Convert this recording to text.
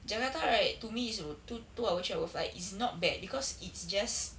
jakarta right to me is wou~ two two hour three hour flight is not bad because it's just